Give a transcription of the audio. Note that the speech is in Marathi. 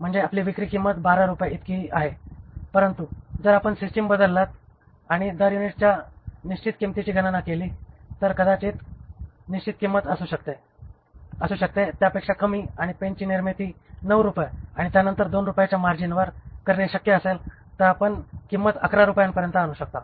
म्हणजे आपली विक्री किंमत 12 रुपये इतकी आहे परंतु जर आपण सिस्टम बदललात आणि दर युनिटच्या निश्चित किंमतीची गणना केली तर कदाचित निश्चित किंमत असू शकते त्यापेक्षा कमी आणि पेनची निर्मिती 9 रुपये आणि नंतर 2 रुपयांच्या मार्जिनवर करणे शक्य असेल तर आपण किंमत 11 रुपयांवर आणू शकता